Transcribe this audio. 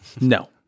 No